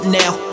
now